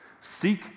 Seek